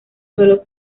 solo